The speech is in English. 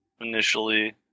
initially